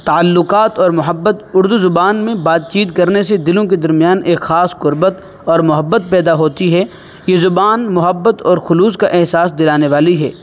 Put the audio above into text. تعلقات اور محبت اردو زبان میں بات چیت کرنے سے دلوں کے درمیان ایک خاص قربت اور محبت پیدا ہوتی ہے یہ زبان محبت اور خلوص کا احساس دلانے والی ہے